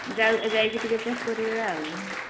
ଯାଇକି ଯାଇ କି ଟିକେ ଚେକ୍ କରିବା ଆଉ